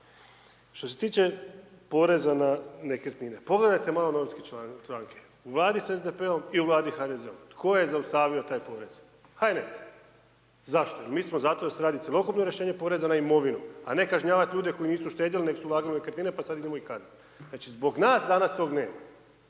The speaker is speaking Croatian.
Što se tiče poreza na nekretnine, pogledajte malo novinske članke. U vladi s SDP-om i u vladi d HDZ-om, tko je zaustavio taj porez? HNS. Zašto, mi smo zato da se radi cjelokupno rješenje poreza na imovinu, a ne kažnjavat ljude koji nisu štedjeli neg su ulagali u nekretnine pa sad idemo ih kaznit. Znači zbog nas danas tog nema,